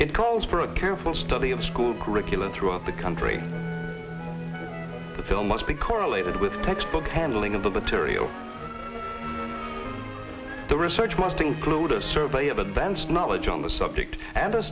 it calls for a careful study of school curricula throughout the country the film must be correlated with textbook handling of the material the research must include a survey of advanced knowledge on the subject and a